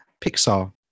Pixar